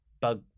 bug